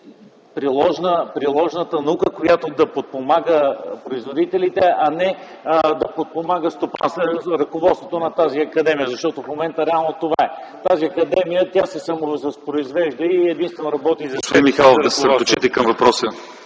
приложната наука, която да подпомага производителите, а не да подпомага ръководството на тази академия, защото в момента реално е това. Тази академия се самовъзпроизвежда и единствено работи за себе си.